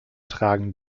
tragen